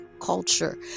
culture